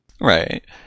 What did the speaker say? Right